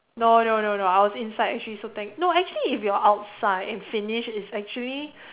no no no no I was inside actually so thank no actually if you're outside and finish is actually